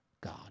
God